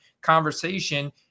conversation